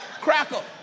crackle